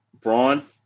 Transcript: Braun